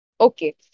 okay